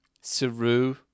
Saru